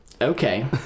okay